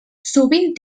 sovint